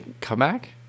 Comeback